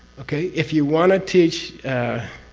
okay? if you want to teach.